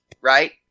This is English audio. right